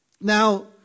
Now